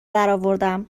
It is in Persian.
درآوردم